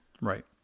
right